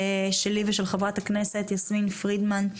שלי ושל חברת הכנסת יסמין פרידמן,